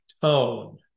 tone